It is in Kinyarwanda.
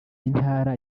intara